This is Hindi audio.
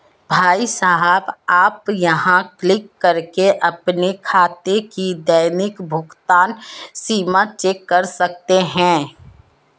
भाई साहब आप यहाँ क्लिक करके अपने खाते की दैनिक भुगतान सीमा चेक कर सकते हैं